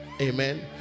Amen